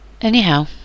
Anyhow